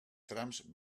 trams